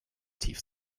tief